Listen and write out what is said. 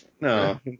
No